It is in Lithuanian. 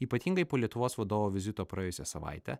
ypatingai po lietuvos vadovo vizito praėjusią savaitę